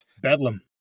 Bedlam